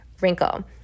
wrinkle